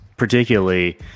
Particularly